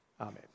Amen